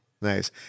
Nice